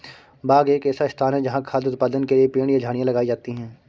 बाग एक ऐसा स्थान है जहाँ खाद्य उत्पादन के लिए पेड़ या झाड़ियाँ लगाई जाती हैं